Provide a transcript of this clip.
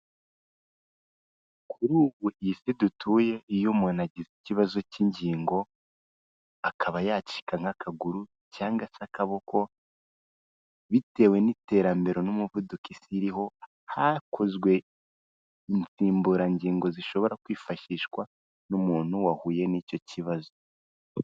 Kuri ubu iyi Si dutuye, iyo umuntu agize ikibazo cy'ingingo, akaba yacika nk'akaguru cyangwa se akaboko, bitewe n'iterambere n'umuvuduko Isi iriho, hakozwe insimburangingo zishobora kwifashishwa n'umuntu wahuye n'icyo kibazo.